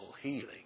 healing